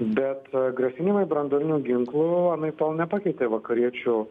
bet grasinimai branduoliniu ginklu anaiptol nepakeitė vakariečių